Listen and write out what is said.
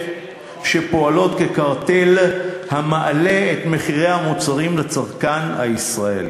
שפועלות כקרטל המעלה את מחירי המוצרים לצרכן הישראלי.